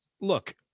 look